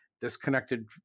disconnected